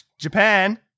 Japan